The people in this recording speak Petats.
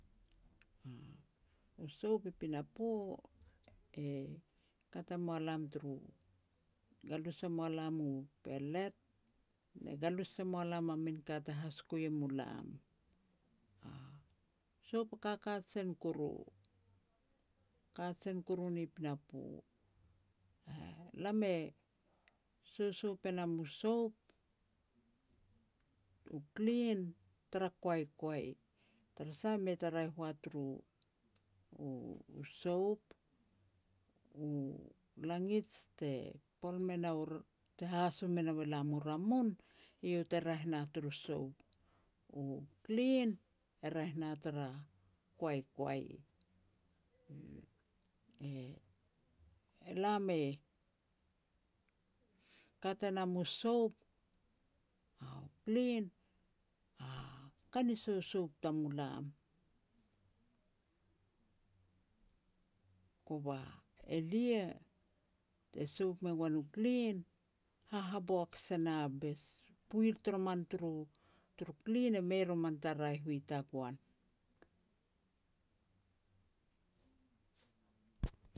U soap i pinapo, e kat e mua lam u, galus e moa lam u pelet, ne galus se moa lam a min ka te hasikoi e mulam. Soap a ka kajen kuru, kajen kuru ni pinapo. E lam e sosoup e nam u soup, u klin, tara koaikoai, tara sah mei ta raeh ua turu u-u soap. U langij te pol me nou ra te haso me nau e lam u ramum, eiau te raeh na turu soap. U klin e raeh na tara koaikoai. E-elam e kat e nam u soap u klin a ka ni sousoup tamulam. Kova elia, te soap me goan u klin, hahaboak se na bes. Puil toroman turu-turu klin e mei roman ta raeh wi tagoan.